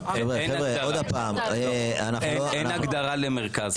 אין הגדרה למרכז-על,